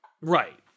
Right